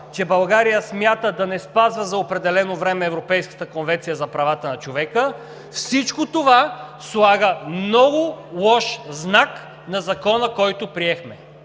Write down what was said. че България смята да не спазва за определено време Европейската конвенция за правата на човека, всичко това слага много лош знак на Закона, който приехме!